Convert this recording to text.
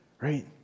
right